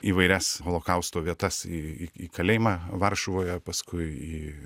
įvairias holokausto vietas į į į į kalėjimą varšuvoje paskui į